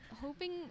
hoping